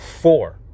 Four